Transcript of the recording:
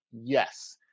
Yes